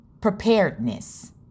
Preparedness